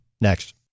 next